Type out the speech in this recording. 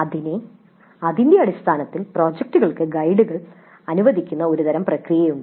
അതിനാൽ അതിന്റെ അടിസ്ഥാനത്തിൽ പ്രോജക്റ്റുകൾക്ക് ഗൈഡുകൾ അനുവദിക്കുന്ന ഒരു തരം പ്രക്രിയയുണ്ട്